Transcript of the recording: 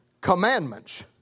commandments